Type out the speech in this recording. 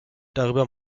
darüber